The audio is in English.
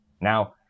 Now